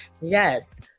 Yes